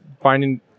finding